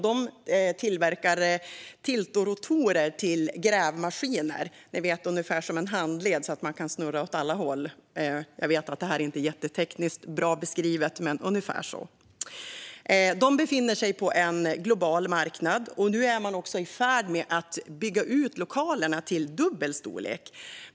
De tillverkar tiltrotatorer till grävmaskiner. De är ungefär som en handled så att man kan snurra åt alla håll. Jag vet att jag inte beskriver detta tekniskt jättebra. Men det är ungefär så. Företaget befinner sig på en global marknad, och nu är man också i färd med att bygga ut lokalerna till dubbel storlek.